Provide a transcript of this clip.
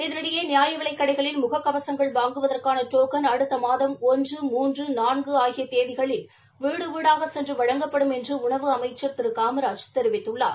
இதனிடையே நியாயவிலைக் கடைகளில் முக கவசங்கள் வாங்குவதற்கான டோக்கள் அடுத்த மாதம் ஒன்று மூன்று நான்கு ஆகிய தேதிகளில் வீடு வீடாக சென்று வழங்கப்படும் என்று உணவு அமைக்கா் திரு காமராஜ் தெரிவித்துள்ளார்